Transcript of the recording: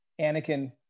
Anakin